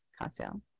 cocktail